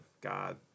God